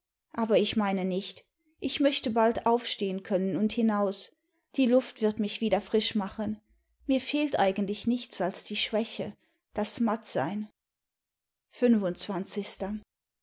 aber ich meine nicht ich möchte bald aufstehen können und hinaus die luft wird mich wieder frisch machen mir fehlt eigentlich nichts als die schwäche das mattsein